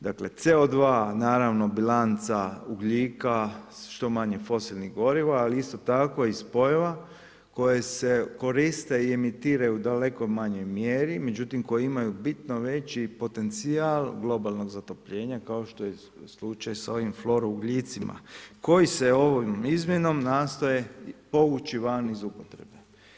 Dakle, CO2, naravno bilanca ugljika, što manje fosilnih goriva, ali isto tako i spojeva koje se koriste i emitiraju daleko manjoj mjeri, međutim, koji imaju bitno veći potencijal globalnog zatopljenja, kao što je slučaj sa ovim florougljicima koji se ovom izmjenom nastoje povući van iz upotrebe.